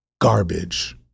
garbage